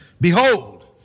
behold